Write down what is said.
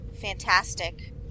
fantastic